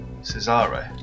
Cesare